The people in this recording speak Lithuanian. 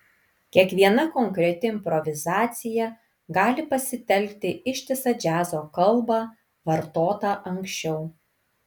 kiekviena konkreti improvizacija gali pasitelkti ištisą džiazo kalbą vartotą anksčiau